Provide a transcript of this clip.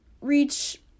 reach